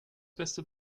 beste